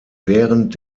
während